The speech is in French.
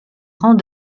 rangs